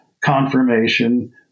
confirmation